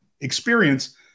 experience